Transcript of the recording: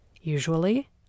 Usually